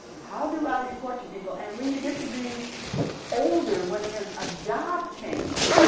how do i report to people? and when you get to be older, when there's a job change,